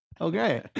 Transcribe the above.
okay